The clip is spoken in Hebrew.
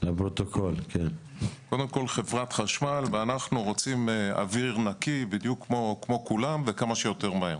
חברת חשמל ואנחנו רוצים אוויר נקי בדיוק כמו כולם וכמה שיותר מהר.